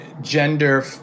gender